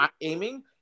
aiming